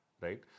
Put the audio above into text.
right